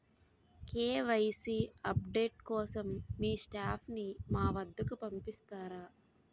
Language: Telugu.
కే.వై.సీ అప్ డేట్ కోసం మీ స్టాఫ్ ని మా వద్దకు పంపిస్తారా?